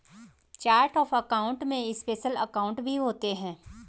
chart of account में special account भी होते हैं